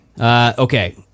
Okay